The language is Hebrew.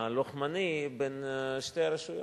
הלוחמני בין שתי הרשויות,